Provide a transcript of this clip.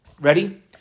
Ready